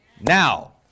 Now